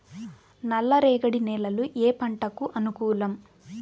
నల్ల రేగడి నేలలు ఏ పంటకు అనుకూలం?